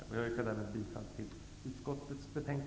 Jag yrkar därmed bifall till utskottets hemställan.